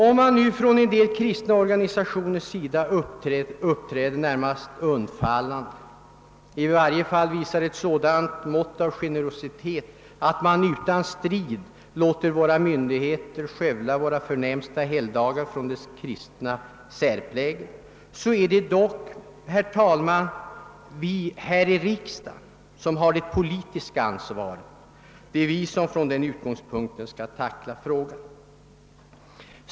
Om man nu från en del kristna organisationers sida uppträder närmast undfallande, i varje fall visar ett sådant mått av generositet att man utan strid låter våra myndigheter skövla våra förnämsta helgdagar på deras kristna särprägel, är det dock, herr talman, vi här i riksdagen som har det politiska ansvaret. Det är vi som från den utgångspunkten skall tackla frågan.